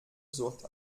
sucht